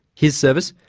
his service,